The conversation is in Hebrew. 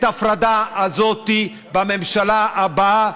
חייבים לעשות את ההפרדה הזאת בממשלה הבאה,